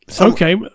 Okay